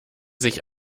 sich